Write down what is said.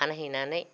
फानहैनानै